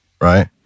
right